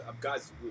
guys